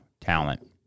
talent